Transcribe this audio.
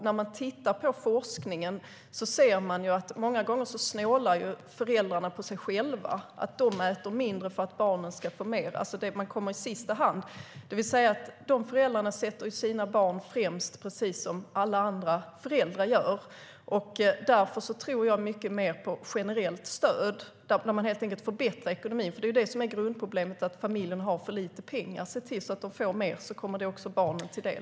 När vi tittar på forskningen ser vi dock att föräldrarna många gånger snålar på sig själva. De äter mindre för att barnen ska få mer, så de kommer själva i sista hand. De föräldrarna sätter alltså sina barn främst, precis som alla andra föräldrar gör. Därför tror jag mycket mer på generellt stöd och att helt enkelt förbättra ekonomin. Det är nämligen det som är grundproblemet, det vill säga att familjen har för lite pengar. Se till att de får mer så kommer det också barnen till del.